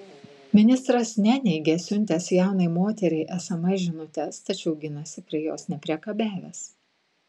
ministras neneigia siuntęs jaunai moteriai sms žinutes tačiau ginasi prie jos nepriekabiavęs